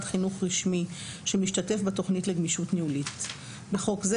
חינוך רשמי שמשתתף בתוכנית לגמישות ניהולית (בחוק זה,